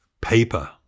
paper